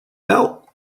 belt